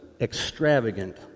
extravagant